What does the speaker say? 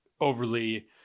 overly